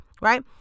Right